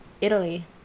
Italy